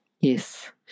Yes